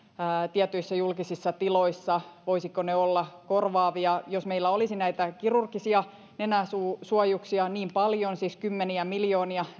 tietyissä julkisissa tiloissa ja voisivatko ne olla korvaavia jos meillä olisi näitä kirurgisia nenä suusuojuksia niin paljon siis kymmeniä miljoonia